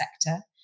sector